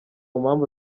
mpamvu